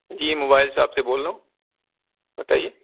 جی mobile shop سے بول رہا ہوں بتائیے